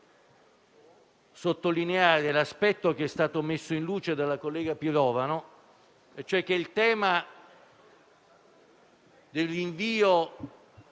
sottolineare l'aspetto che è stato messo in luce dalla collega Pirovano e cioè che il tema del rinvio